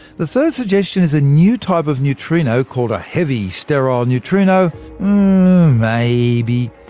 the third suggestion is a new type of neutrino called a heavy sterile neutrino maybe.